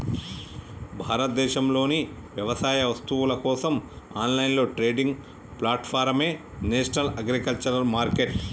భారతదేశంలోని వ్యవసాయ వస్తువుల కోసం ఆన్లైన్ ట్రేడింగ్ ప్లాట్ఫారమే నేషనల్ అగ్రికల్చర్ మార్కెట్